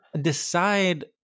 decide